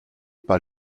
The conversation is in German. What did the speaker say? bei